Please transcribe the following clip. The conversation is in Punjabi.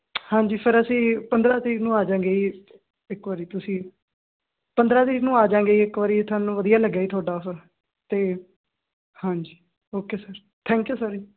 ਹਾਂਜੀ ਸਰ ਅਸੀਂ ਪੰਦਰਾਂ ਤਰੀਕ ਨੂੰ ਆਜਾਂਗੇ ਜੀ ਇੱਕ ਵਾਰੀ ਤੁਸੀਂ ਪੰਦਰਾਂ ਤਰੀਕ ਨੂੰ ਆਜਾਂਗੇ ਜੀ ਇੱਕ ਵਰੀ ਥੋਨੂੰ ਵਧੀਆ ਲੱਗਿਆ ਜੀ ਥੋਡਾ ਓਫਰ ਤੇ ਹਾਂਜੀ ਓਕੇ ਸਰ ਥੈਂਕਿਊ ਸਰ ਜੀ